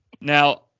now